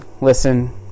listen